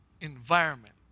environment